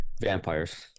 vampires